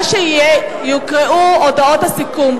מה שיהיה, יוקראו את הודעות הסיכום.